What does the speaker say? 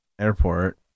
airport